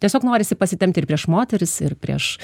tiesiog norisi pasitempti ir prieš moteris ir prieš